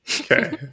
okay